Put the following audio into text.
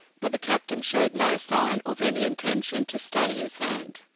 but the captain showed no sign of any intention to stay his hand.